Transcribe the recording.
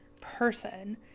person